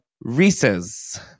Reese's